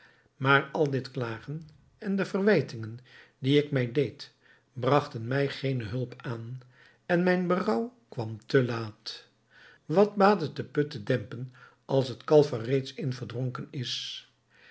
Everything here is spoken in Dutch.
maar al dit klagen en de verwijtingen die ik mij deed bragten mij geene hulp aan en mijn berouw kwam te laat wat baat het den put dempen als het kalf er reeds in verdronken is